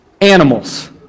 animals